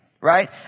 right